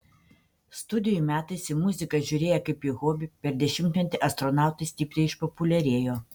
studijų metais į muziką žiūrėję kaip į hobį per dešimtmetį astronautai stipriai išpopuliarėjo